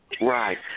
Right